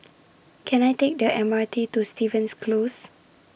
Can I Take The M R T to Stevens Close